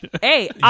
Hey